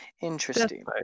interesting